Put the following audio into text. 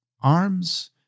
arms